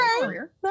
career